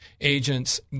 agents